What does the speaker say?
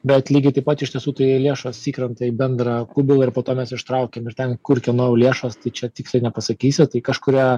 bet lygiai taip pat iš tiesų tai lėšos įkrenta į bendrą kubilą ir po to mes ištraukiam ir ten kur kieno jau lėšos tai čia tiksliai nepasakysi tai kažkuria